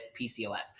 PCOS